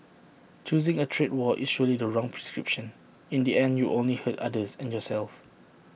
choosing A trade war is surely the wrong prescription in the end you will only hurt others and yourself